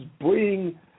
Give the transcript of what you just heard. bring